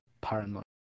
paranoid